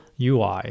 UI